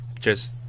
Cheers